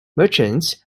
merchants